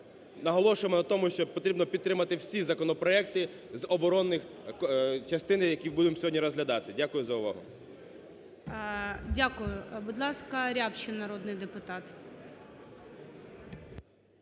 наголошуємо на тому, що потрібно підтримати всі законопроекти з оборонних, частину яких будемо сьогодні розглядати Дякую за увагу. ГОЛОВУЮЧИЙ. Дякую. Будь ласка, Рябчин народний депутат.